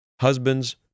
husbands